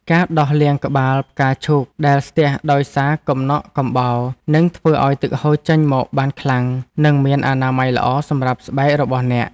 ការដោះលាងក្បាលផ្កាឈូកដែលស្ទះដោយសារកំណកកំបោរ នឹងធ្វើឱ្យទឹកហូរចេញមកបានខ្លាំង និងមានអនាម័យល្អសម្រាប់ស្បែករបស់អ្នក។